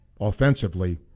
offensively